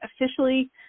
officially